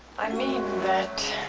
i mean that